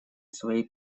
своей